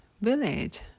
village